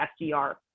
SDR